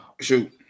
Shoot